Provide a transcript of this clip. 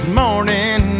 morning